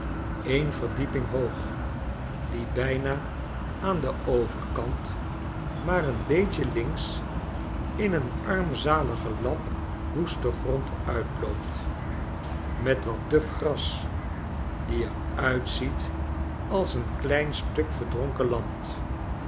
een verdieping hoog die bijna aan den overkant maar een beetje links in een armzalige lap woesten grond uitloopt met wat duf gras die er uitziet als een klein stuk verdronken land